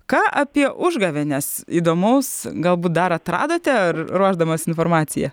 ką apie užgavėnes įdomaus galbūt dar atradote ar ruošdamas informaciją